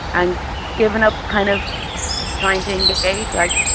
and given up kind of trying to engage. like,